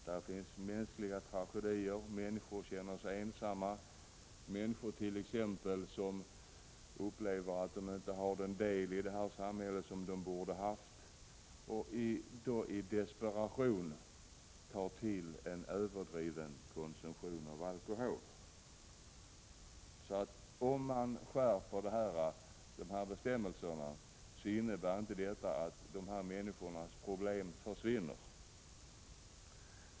Det finns människor som känner sig ensamma, t.ex. människor som upplever att de inte har den del i det här samhället som de borde ha haft, och då i desperation tar till en överdriven konsumtion av alkohol. Om man skärper bestämmelserna när det gäller alkoholen innebär det inte att dessa människors problem försvinner.